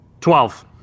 Twelve